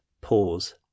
pause